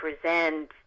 present